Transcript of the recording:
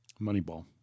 Moneyball